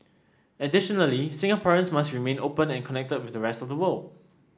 additionally Singaporeans must remain open and connected with the rest of the world